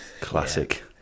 Classic